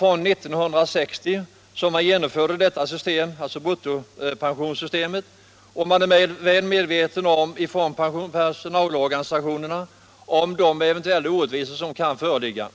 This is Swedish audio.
Från 1960 genomfördes bruttopensionssystemet, och personalorganisationerna är väl medvetna om de orättvisor som kan föreligga.